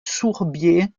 sourbier